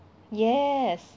yes